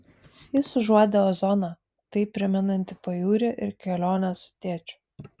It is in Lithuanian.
jis užuodė ozoną taip primenantį pajūrį ir keliones su tėčiu